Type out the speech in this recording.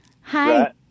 Hi